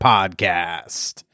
Podcast